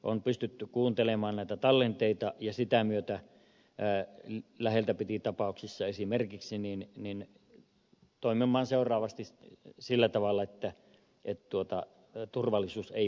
on pystytty kuuntelemaan näitä tallenteita ja sitä myöten läheltä piti tapauksissa esimerkiksi toimimaan seuraavasti sillä tavalla että turvallisuus ei vaarannu